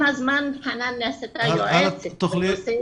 עם הזמן חנאן נעשתה יועצת בנושא